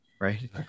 right